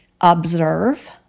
observe